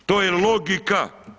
To je logika.